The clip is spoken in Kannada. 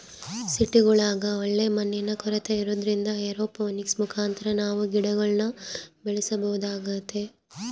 ಸಿಟಿಗುಳಗ ಒಳ್ಳೆ ಮಣ್ಣಿನ ಕೊರತೆ ಇರೊದ್ರಿಂದ ಏರೋಪೋನಿಕ್ಸ್ ಮುಖಾಂತರ ನಾವು ಗಿಡಗುಳ್ನ ಬೆಳೆಸಬೊದಾಗೆತೆ